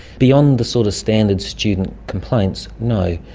beyond the sort of standard student complaints, no.